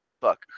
fuck